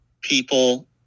people